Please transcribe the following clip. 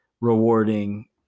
rewarding